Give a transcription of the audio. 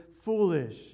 foolish